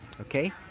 Okay